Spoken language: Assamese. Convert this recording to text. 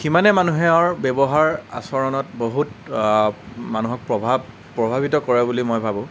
সিমানে মানুহৰ ব্যৱহাৰ আচৰণত বহুত মানুহক প্ৰভাৱ প্ৰভাৱিত কৰে বুলি মই ভাবোঁ